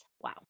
Wow